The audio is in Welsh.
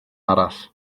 arall